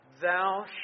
thou